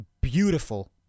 beautiful